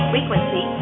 Frequency